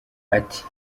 ati